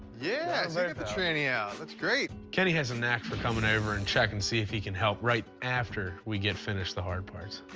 yeah, so you got the tranny out. that's great. kenny has a knack for coming over and checking to see if he can help right after we get finished the hard parts.